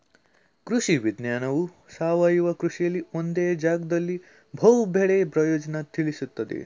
ಕೃಷಿ ವಿಜ್ಞಾನವು ಸಾವಯವ ಕೃಷಿಲಿ ಒಂದೇ ಜಾಗ್ದಲ್ಲಿ ಬಹು ಬೆಳೆ ಪ್ರಯೋಜ್ನನ ತಿಳುಸ್ತದೆ